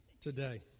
today